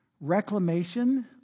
Reclamation